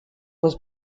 was